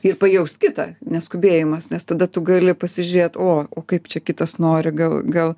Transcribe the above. ir pajaust kitą neskubėjimas nes tada tu gali pasižiūrėt o o kaip čia kitas nori gal gal